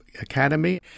Academy